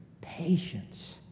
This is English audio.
patience